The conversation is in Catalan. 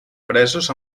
presos